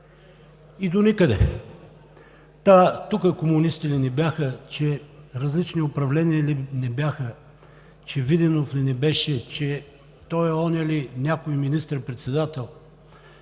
и доникъде! Та тук комунистите ли не бяха, различни управления ли не бяха, Виденов ли не беше, този, онзи ли, някой министър-председател?